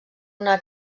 una